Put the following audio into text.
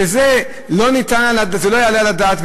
שזה לא יעלה על הדעת,